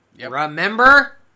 Remember